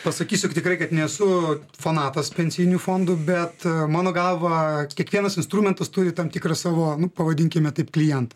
pasakysiu tikrai kad nesu fanatas pensijinių fondų bet mano galva kiekvienas instrumentas turi tam tikrą savo nu pavadinkime taip klientą